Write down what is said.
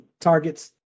targets